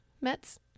Mets